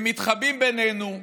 הם מתחבאים בינינו,